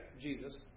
Jesus